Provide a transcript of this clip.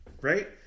right